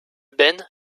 ben